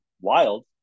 wild